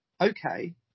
okay